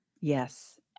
Yes